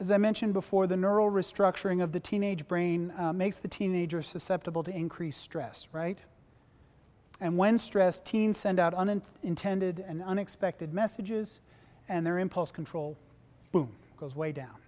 i mentioned before the neural restructuring of the teenage brain makes the teenager susceptible to increased stress right and when stressed teens send out on an intended and unexpected messages and their impulse control boom goes way down